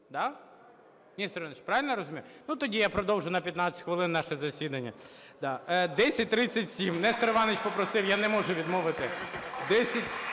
Нестор Іванович, правильно я розумію? Ну, тоді я продовжу на 15 хвилин наше засідання. 1037. Нестор Іванович попросив, я не можу відмовити. 1037,